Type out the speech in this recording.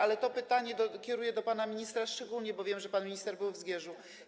Ale to pytanie kieruję do pana ministra szczególnie, bo wiem, że pan minister był w Zgierzu.